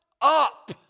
up